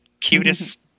Cutest